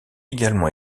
également